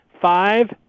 five